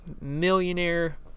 millionaire